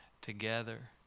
together